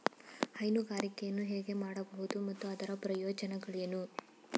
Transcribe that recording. ಹೈನುಗಾರಿಕೆಯನ್ನು ಹೇಗೆ ಮಾಡಬಹುದು ಮತ್ತು ಅದರ ಪ್ರಯೋಜನಗಳೇನು?